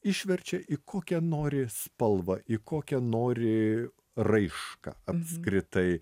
išverčia į kokią nori spalvą į kokią nori raišką apskritai